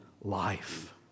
life